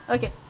Okay